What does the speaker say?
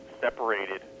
separated